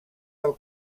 del